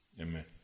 Amen